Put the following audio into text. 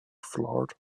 flowered